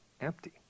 empty